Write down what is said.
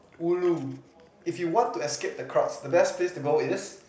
ulu if you want to escape the cross the best place to go is